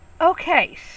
Okay